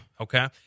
Okay